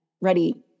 ready